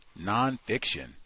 nonfiction